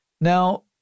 Now